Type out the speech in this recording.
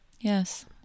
Yes